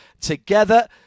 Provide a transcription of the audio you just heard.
together